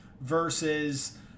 versus